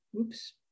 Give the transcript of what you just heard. oops